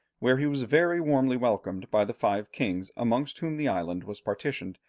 where he was very warmly welcomed by the five kings amongst whom the island was partitioned,